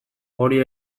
hori